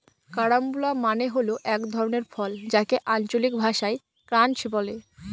carambola মানে হল এক ধরনের ফল যাকে আঞ্চলিক ভাষায় ক্রাঞ্চ বলে